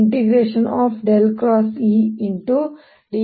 ds ಎಂದು ಬರೆಯಬಹುದು